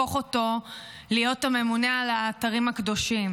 ולהפוך אותו להיות הממונה על האתרים הקדושים,